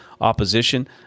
opposition